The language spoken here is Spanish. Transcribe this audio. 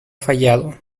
fallado